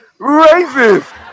racist